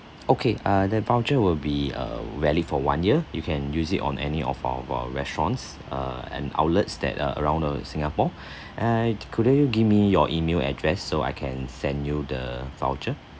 okay uh the voucher will be uh valid for one year you can use it on any of our restaurants uh and outlets that are around uh singapore and could you give me your email address so I can send you the voucher